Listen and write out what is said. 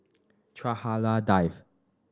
Chua Hak Lien Dave